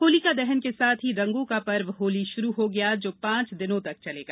होलिका दहन के साथ ही रंगों का पर्व होली शुरू हो गया जो पांच दिनों तक चलेगा